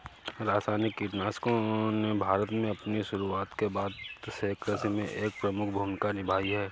रासायनिक कीटनाशकों ने भारत में अपनी शुरूआत के बाद से कृषि में एक प्रमुख भूमिका निभाई हैं